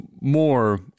more